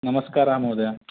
नमस्कार महोदय